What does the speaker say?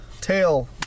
tail